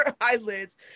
eyelids